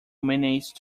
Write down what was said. menace